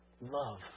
Love